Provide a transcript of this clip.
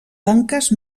tanques